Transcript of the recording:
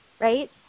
right